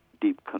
deep